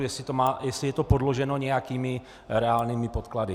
Jestli je to podloženo nějakými reálnými podklady.